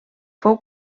fou